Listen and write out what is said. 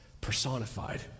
personified